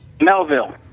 Melville